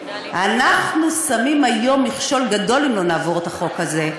אנחנו שמים היום מכשול גדול אם לא נעביר את החוק הזה,